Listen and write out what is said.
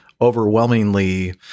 overwhelmingly